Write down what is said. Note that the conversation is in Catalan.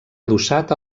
adossat